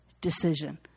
decision